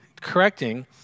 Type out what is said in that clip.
correcting